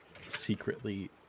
secretly